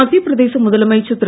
மத்தியப் பிரதேச முதலமைச்சர் திரு